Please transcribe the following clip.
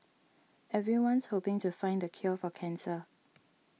everyone's hoping to find the cure for cancer